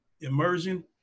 immersion